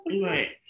right